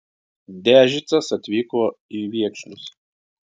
dežicas atvyko į viekšnius